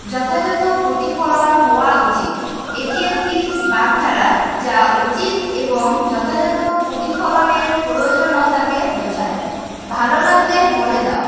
যথাযথ পতিফলন হওয়া উচিত এটি একটি বাগধারা যা উচিত এবং যথাযথ পতিফলনের প্রয়োজনীয়তাকে বোঝায় ভালো লাগলে বলে দাও